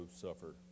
suffer